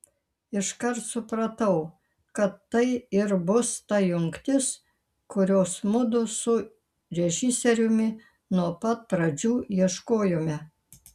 iškart supratau kad tai ir bus ta jungtis kurios mudu su režisieriumi nuo pat pradžių ieškojome